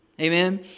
Amen